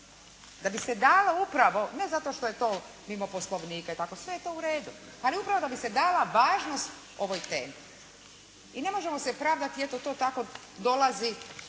da bi se dalo upravo, ne zato što je to mimo Poslovnika i tako, sve je to u redu, ali upravo da bi se dala važnost ovoj temi. I ne možemo se pravdati, eto to tako dolazi